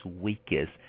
weakest